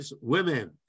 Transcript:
WOMEN